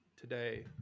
today